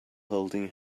holding